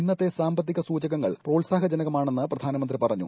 ഇന്നത്തെ സാമ്പത്തിക സൂചകങ്ങൾ പ്രോത്സാഹജനകമാണെന്ന് പ്രധാനമന്ത്രി പറഞ്ഞു